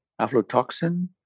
aflatoxin